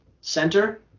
center